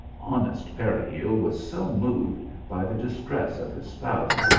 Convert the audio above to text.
honest peregil was so moved by the distress of his spouse,